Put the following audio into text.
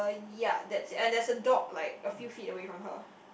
ya that's it and there's a dog like a few feet away from her